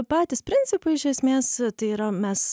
patys principai iš esmės tai yra mes